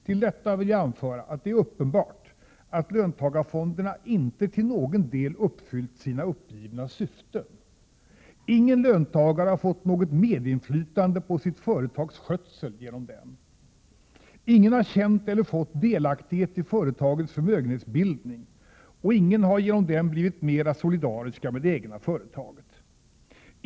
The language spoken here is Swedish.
Till detta vill jag anföra att det är uppenbart att löntagarfonderna inte till någon del uppfyllt sina uppgivna syften. Ingen löntagare har fått något medinflytande på sitt företags skötsel genom dem, ingen har känt eller fått ”delaktighet i företagens förmögenhetsbildning” och ingen har genom dem blivit mera solidarisk med det egna företaget.